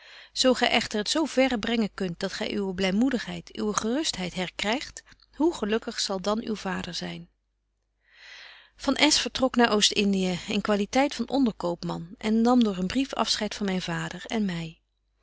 zo gy echter het zo verre brengen kunt dat gy uwe blymoedigheid uwe gerustheid herkrygt hoe gelukkig zal dan uw vader zyn van s vertrok naar oostindiën in qualiteit van onderkoopman en nam door een brief afscheid van myn vader en my